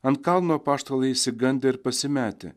ant kalno apaštalai išsigandę ir pasimetę